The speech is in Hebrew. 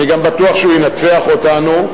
אני גם בטוח שהוא ינצח אותנו.